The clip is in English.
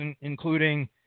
including